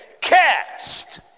cast